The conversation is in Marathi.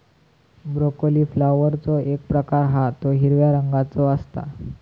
ब्रोकली फ्लॉवरचो एक प्रकार हा तो हिरव्या रंगाचो असता